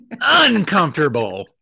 uncomfortable